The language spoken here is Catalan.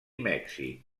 mèxic